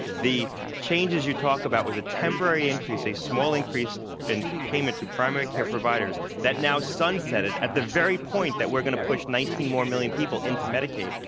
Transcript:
the changes you talk about was a temporary increase, a small increase in payments to primary care providers, that now sunsetted at the very point that we're going to push nineteen more million people into medicaid.